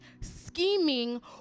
scheming